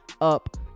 up